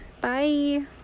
bye